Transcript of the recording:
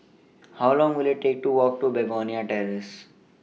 How Long Will IT Take to Walk to Begonia Terrace